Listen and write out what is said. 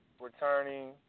returning